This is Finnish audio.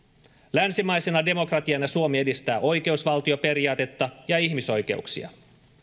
länsimaisena demokratiana suomi edistää oikeusvaltioperiaatetta ja ihmisoikeuksia